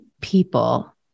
people